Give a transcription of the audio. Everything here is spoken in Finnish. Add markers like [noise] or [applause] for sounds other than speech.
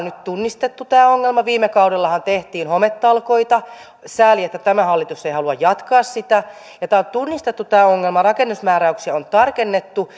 [unintelligible] nyt tunnistettu viime kaudellahan tehtiin hometalkoita sääli että tämä hallitus ei halua jatkaa niitä tämä ongelma on tunnistettu rakennusmääräyksiä on tarkennettu [unintelligible]